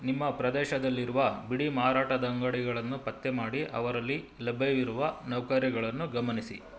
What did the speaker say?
ನಿಮ್ಮ ಪ್ರದೇಶದಲ್ಲಿರುವ ಬಿಡಿಮಾರಾಟದಂಗಡಿಗಳನ್ನು ಪತ್ತೆ ಮಾಡಿ ಅವರಲ್ಲಿ ಲಭ್ಯವಿರುವ ನೌಕರಿಗಳನ್ನು ಗಮನಿಸಿ